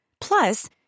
Plus